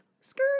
skirt